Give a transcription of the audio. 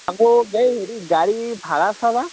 আকৌ এই হেৰি গাড়ীৰ ভাৰা চাৰা